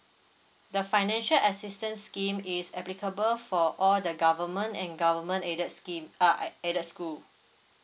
the financial assistance scheme is applicable for all the government and government aided scheme uh aided school